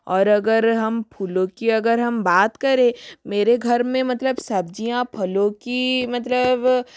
और अगर हम फूलों की अगर हम बात करें मेरे घर में मतलब सब्जियाँ फलो की मतलब